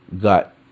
got